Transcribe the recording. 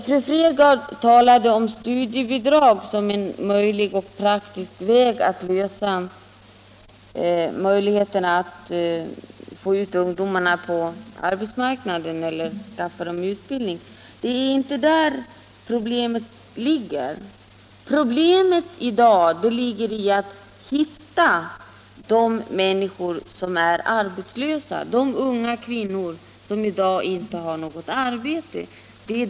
Fru Fredgardh talade om studiebidrag som en möjlig och praktisk väg att lösa problemet på. Hon sade att då kan man få ut ungdomarna på arbetsmarknaden eller skaffa dem utbildning. Det är inte där problemet ligger utan i att hitta de människor som är arbetslösa, de unga kvinnor som i dag inte har något arbete.